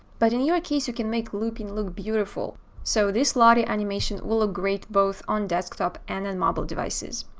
but in your case you can make looping look beautiful so this lottie animation will look ah great both on desktop and on mobile devices.